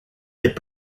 est